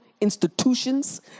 institutions